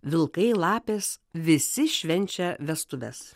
vilkai lapės visi švenčia vestuves